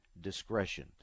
discretion